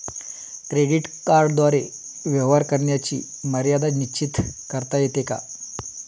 Credit कार्डद्वारे व्यवहार करण्याची मर्यादा निश्चित करता येते का?